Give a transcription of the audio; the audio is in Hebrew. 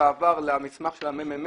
בעבר במסמך של מרכז המחקר והמידע של הכנסת,